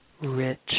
rich